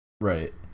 Right